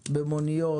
במוניות,